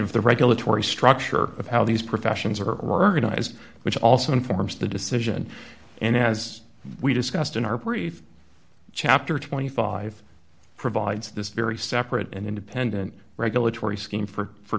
of the regulatory structure of how these professions are organized which also informs the decision and as we discussed in our brief chapter twenty five provides this very separate and independent regulatory scheme for for